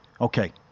Okay